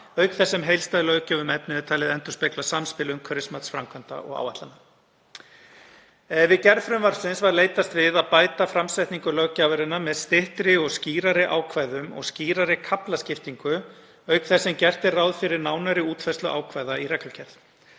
auk þess sem heildstæð löggjöf um efnið er talin endurspegla samspil umhverfismats framkvæmda og áætlana. Við gerð frumvarpsins var leitast við að bæta framsetningu löggjafarinnar með styttri og skýrari ákvæðum og skýrari kaflaskiptingu auk þess sem gert er ráð fyrir nánari útfærslu ákvæða í reglugerð.